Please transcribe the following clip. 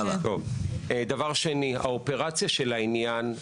דבר שני, האופרציה של העניין.